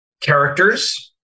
characters